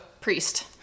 priest